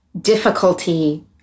difficulty